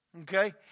Okay